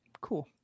Cool